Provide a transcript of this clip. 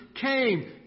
came